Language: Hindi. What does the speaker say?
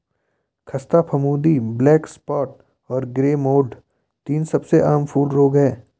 ख़स्ता फफूंदी, ब्लैक स्पॉट और ग्रे मोल्ड तीन सबसे आम फूल रोग हैं